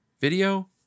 Video